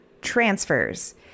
transfers